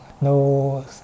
no